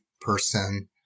person